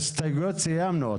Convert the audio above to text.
עם ההסתייגויות סיימנו.